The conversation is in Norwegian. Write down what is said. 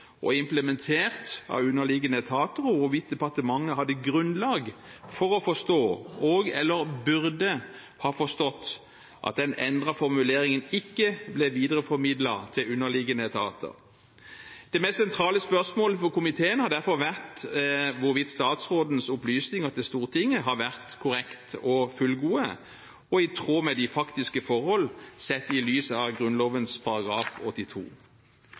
og implementert av underliggende etater, og hvorvidt departementet hadde grunnlag for å forstå og/eller burde ha forstått at den endrete formuleringen ikke ble videreformidlet til underliggende etater. Det mest sentrale spørsmål for komiteen har derfor vært hvorvidt statsrådens opplysninger til Stortinget har vært korrekte og fullgode og i tråd med de faktiske forhold, sett i lys av Grunnloven § 82.